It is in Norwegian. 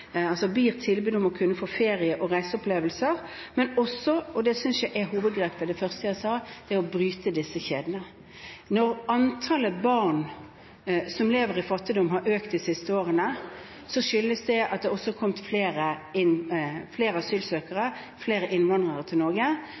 reiseopplevelser. Men hovedgrepet er det første som jeg sa: Vi må bryte disse kjedene. Når antallet barn som lever i fattigdom, har økt de siste årene, skyldes det også at det har kommet flere asylsøkere og innvandrere til Norge,